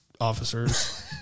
officers